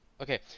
okay